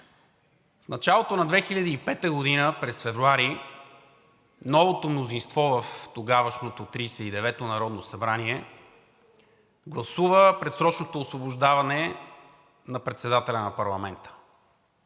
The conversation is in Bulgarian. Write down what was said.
В началото на 2005 г., през февруари, новото мнозинство в тогавашното Тридесет и девето народно събрание гласува предсрочното освобождаване на председателя на парламента.